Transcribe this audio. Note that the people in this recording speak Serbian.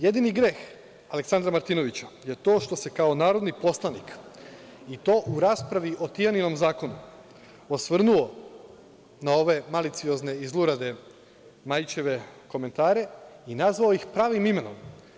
Jedini greh Aleksandra Martinovića je to što se kao narodni poslanik, i to u raspravi o Tijaninom zakonu osvrnuo na ove maliciozne i zlurade Majićeve komentare i nazvao ih pravim imenom.